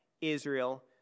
Israel